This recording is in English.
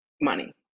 money